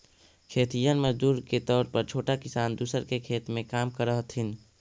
खेतिहर मजदूर के तौर पर छोटा किसान दूसर के खेत में काम करऽ हथिन